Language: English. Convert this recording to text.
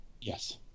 yes